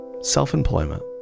Self-employment